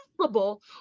possible